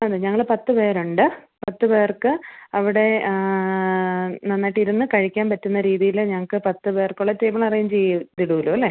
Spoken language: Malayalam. അതെ ഞങ്ങള് പത്ത് പേരുണ്ട് പത്ത് പേർക്ക് അവിടെ നന്നായിട്ട് ഇരുന്ന് കഴിക്കാന് പറ്റുന്ന രീതിയിൽ ഞങ്ങൾക്ക് പത്ത് പേർക്കുള്ള ടേബിൾ അറേഞ്ച് ചെയ്ത് തരുമല്ലോ അല്ലെ